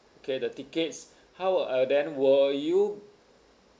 okay the tickets how uh then will you